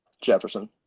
Jefferson